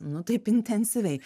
nu taip intensyviai